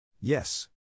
Yes